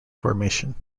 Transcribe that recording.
formation